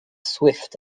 swift